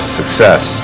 success